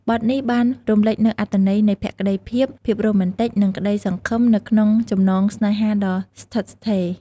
បទនេះបានរំលេចនូវអត្ថន័យនៃភក្តីភាព ភាពរ៉ូមែនទិក និងក្តីសង្ឃឹមនៅក្នុងចំណងស្នេហាដ៏ស្ថិតស្ថេរ។